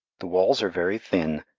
the walls are very thin,